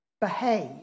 behave